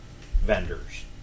vendors